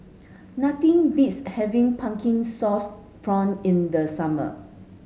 nothing beats having pumpkin sauce prawn in the summer